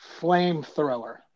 flamethrower